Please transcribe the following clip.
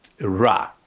Ra